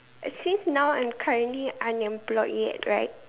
actually now I'm currently unemployed yet right